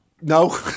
No